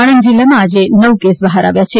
આણંદ જિલ્લામાં આજે નવ કેસ બહાર આવ્યા છે